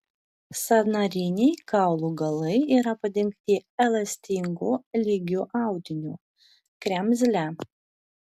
sąnariniai kaulų galai yra padengti elastingu lygiu audiniu kremzle